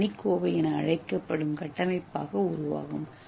ஏ லட்டு என அழைக்கப்படும் கட்டமைப்பாக உருவாகும்